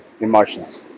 emotions